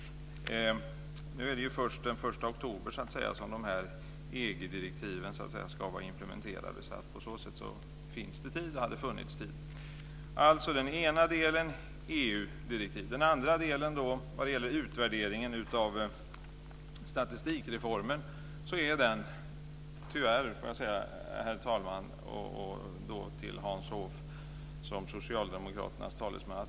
Nu är det först den 1 oktober som EG-direktiven ska vara implementerade. På så sätt finns det och har funnits tid. Den ena delen gäller alltså EG-direktivet. Den andra delen gäller utvärderingen av statistikreformen. Den är tyvärr undermålig, Hans Hoff, socialdemokraternas talesman.